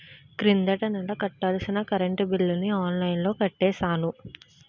కిందటి నెల కట్టాల్సిన కరెంట్ బిల్లుని ఆన్లైన్లో కట్టేశాను